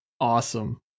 Awesome